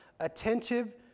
attentive